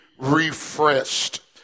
refreshed